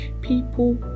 people